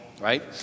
right